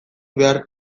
behar